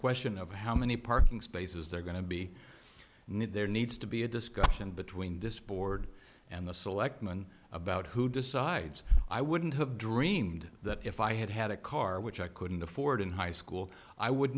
question of how many parking spaces they're going to be need there needs to be a discussion between this board and the selectmen about who decides i wouldn't have dreamed that if i had had a car which i couldn't afford in high school i would